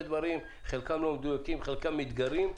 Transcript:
דברים שחלקם לא מדויקים וחלקם מתגרים.